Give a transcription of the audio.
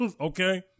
Okay